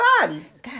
bodies